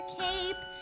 cape